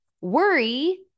Worry